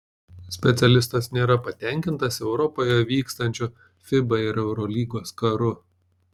specialistas nėra patenkintas europoje vykstančiu fiba ir eurolygos karu